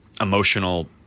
emotional